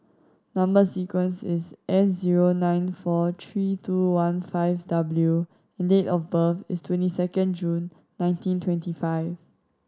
number sequence is S zero nine four three two one five W and date of birth is twenty two June nineteen twenty five